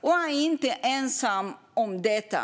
Jag är inte ensam om att tycka detta.